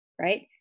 right